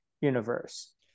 universe